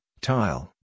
tile